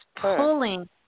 pulling